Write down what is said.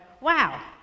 wow